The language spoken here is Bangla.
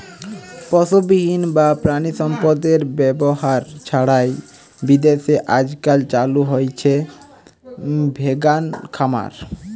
পশুবিহীন বা প্রাণিসম্পদএর ব্যবহার ছাড়াই বিদেশে আজকাল চালু হইচে ভেগান খামার